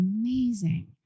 amazing